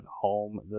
home